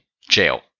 jail